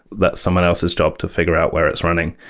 that's someone else's job to figure out where it's running.